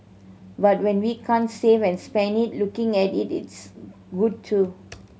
but when we can't save and spend it looking at it is good too